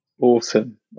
Awesome